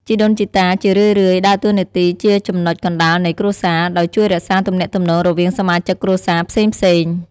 ជីដូនជីតាជារឿយៗដើរតួនាទីជាចំណុចកណ្តាលនៃគ្រួសារ ដោយជួយរក្សាទំនាក់ទំនងរវាងសមាជិកគ្រួសារផ្សេងៗ។